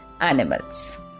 animals